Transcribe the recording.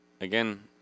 Again